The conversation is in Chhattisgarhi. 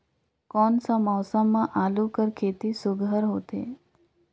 कोन सा मौसम म आलू कर खेती सुघ्घर होथे?